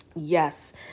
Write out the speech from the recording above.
Yes